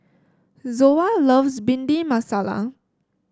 Zoa loves Bhindi Masala